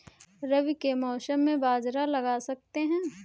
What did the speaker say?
रवि के मौसम में बाजरा लगा सकते हैं?